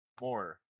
more